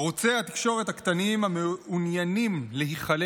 ערוצי התקשורת הקטנים המעוניינים להיכלל